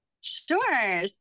Sure